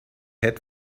had